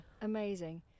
amazing